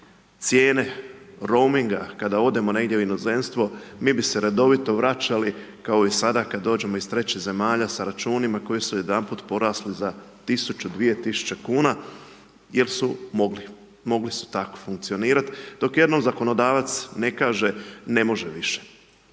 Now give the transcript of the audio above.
cijene rominga, kada odemo negdje u inozemstvo, mi bi se redovito vračali, kao i sada, kada dođemo iz trećih zemalja sa računima, koji su jedanput porasli za 1000, 2000 kn jer su mogli. Mogli su tako funkcionirati, dok jednom zakonodavac ne kaže, ne može više.